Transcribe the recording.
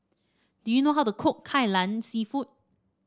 do you know how to cook Kai Lan seafood